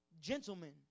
gentlemen